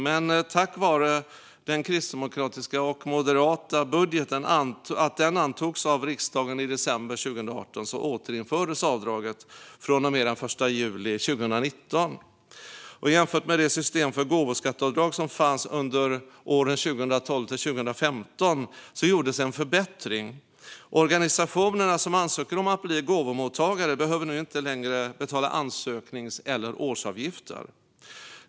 Men tack vare att den kristdemokratiska och moderata budgeten antogs av riksdagen i december 2018 återinfördes avdraget från och med den 1 juli 2019. Jämfört med det system för gåvoskatteavdrag som fanns under åren 2012-2015 gjordes en förbättring. Organisationerna som ansöker om att bli gåvomottagare behöver nu inte längre betala ansöknings eller årsavgifter.